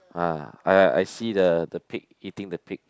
ah uh I see the the pig eating the pig